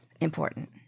important